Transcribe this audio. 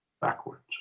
backwards